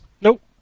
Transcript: Nope